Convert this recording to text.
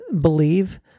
believe